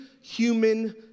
human